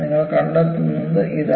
നിങ്ങൾ കണ്ടെത്തുന്നത് ഇതാണ്